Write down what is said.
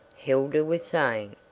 hilda was saying.